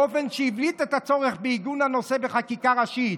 באופן שהבליט את הצורך בעיגון הנושא בחקיקה ראשית.